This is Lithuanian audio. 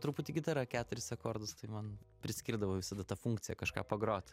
truputį gitara keturis akordus tai man priskirdavo visada tą funkciją kažką pagrot